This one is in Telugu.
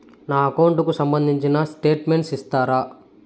నా అకౌంట్ కు సంబంధించిన స్టేట్మెంట్స్ ఇస్తారా